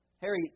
Harry